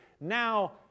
now